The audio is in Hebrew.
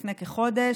לפני כחודש.